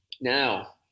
Now